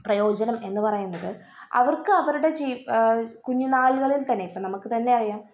പ്രയോജനം എന്ന് പറയുന്നത് അവർക്ക് അവരുടെ ജീ കുഞ്ഞുനാളുകളിൽ തന്നെ ഇപ്പം നമുക്ക് തന്നെ അറിയാം